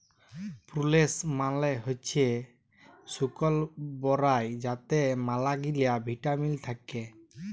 প্রুলেস মালে হইসে শুকল বরাই যাতে ম্যালাগিলা ভিটামিল থাক্যে